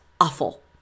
awful